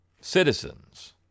citizens